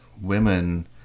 women